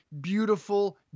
beautiful